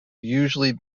usually